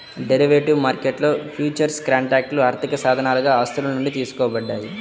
derivative మార్కెట్లో futures కాంట్రాక్ట్లు ఆర్థికసాధనాలు ఆస్తుల నుండి తీసుకోబడ్డాయి